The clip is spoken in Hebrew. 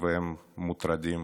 והם מוטרדים